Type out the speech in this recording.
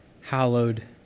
hallowed